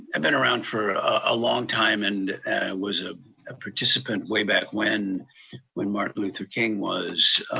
and been around for a long time, and was ah a participant way back when when martin luther king was